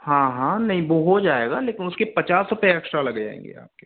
हाँ हाँ नहीं वो हो जाएगा लेकिन उसके पचास रुपये एक्स्ट्रा लग जाएंगे आपके